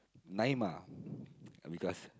Naimah because